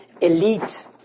elite